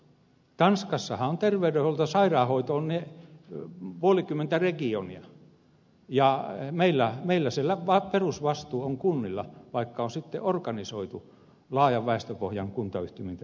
tanskassahan on terveydenhuollolla ja sairaanhoidolla puolen kymmentä regionia ja meillä siellä perusvastuu on kunnilla vaikka on sitten organisoitu laajan väestöpohjan kuntayhtymissä eri sairaanhoitopiirejä